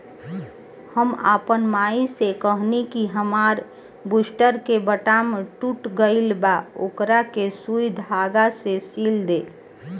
हम आपन माई से कहनी कि हामार बूस्टर के बटाम टूट गइल बा ओकरा के सुई धागा से सिल दे